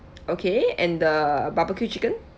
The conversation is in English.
okay and the barbecue chicken